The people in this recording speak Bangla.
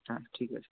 হ্যাঁ ঠিক আছে